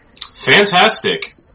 Fantastic